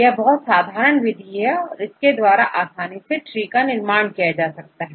यह बहुत साधारण विधि है और इसके द्वारा आसानी से ट्री निर्माण किया जा सकता है